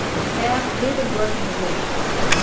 the staff lives and works in the villages.